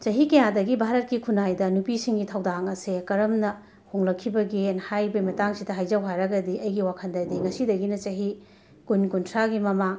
ꯆꯍꯤ ꯀꯌꯥꯗꯒꯤ ꯚꯥꯔꯠꯀꯤ ꯈꯨꯟꯅꯥꯏꯗ ꯅꯨꯄꯤꯁꯤꯡꯒꯤ ꯊꯧꯗꯥꯡ ꯑꯁꯦ ꯀꯔꯝꯅ ꯍꯣꯡꯂꯛꯈꯤꯕꯒꯦꯅ ꯍꯥꯏꯕꯒꯤ ꯃꯇꯥꯡꯁꯤꯗ ꯍꯥꯏꯖꯧ ꯍꯥꯏꯔꯒꯗꯤ ꯑꯩꯒꯤ ꯋꯥꯈꯟꯗꯗꯤ ꯉꯁꯤꯗꯒꯤꯅ ꯆꯍꯤ ꯀꯨꯟ ꯀꯨꯟꯊ꯭ꯔꯥꯒꯤ ꯃꯃꯥꯡ